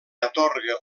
atorga